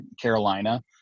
Carolina